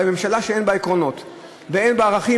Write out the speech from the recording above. אבל ממשלה שאין בה עקרונות ואין בה ערכים,